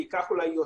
ואולי אפילו יותר,